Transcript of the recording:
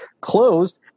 closed